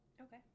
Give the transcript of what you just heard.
Okay